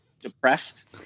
depressed